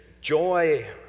joy